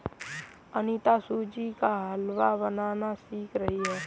अनीता सूजी का हलवा बनाना सीख रही है